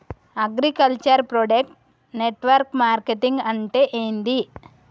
Agriculture product network marketing అంటే ఏంది?